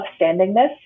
upstandingness